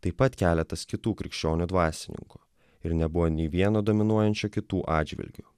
taip pat keletas kitų krikščionių dvasininkų ir nebuvo nei vieno dominuojančio kitų atžvilgiu